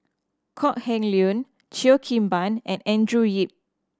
Kok Heng Leun Cheo Kim Ban and Andrew Yip